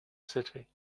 city